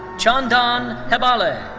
chandan hebbale.